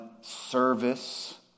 service